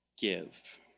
give